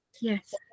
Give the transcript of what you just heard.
Yes